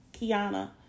Kiana